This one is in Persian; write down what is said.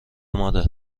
مادر